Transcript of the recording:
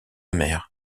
mère